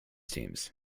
teams